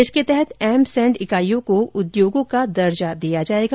इसके तहत M sand इकाइयों को उद्योगों का दर्जा दिया जाएगा